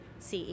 CE